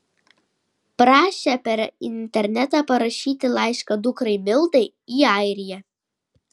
prašė per internetą parašyti laišką dukrai mildai į airiją